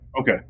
Okay